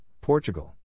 Portugal